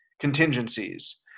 contingencies